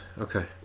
Okay